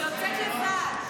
אני יוצאת לבד.